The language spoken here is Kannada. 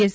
ಎಸ್